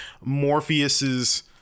Morpheus's